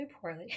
poorly